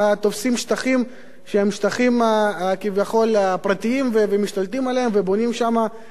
שהם שטחים כביכול פרטיים ומשתלטים עליהם ובונים שם אין-סוף יחידות,